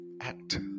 act